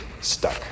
stuck